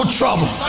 trouble